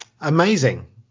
amazing